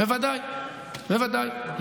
חבריי חברי הכנסת,